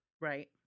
right